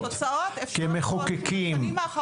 כמחוקקים,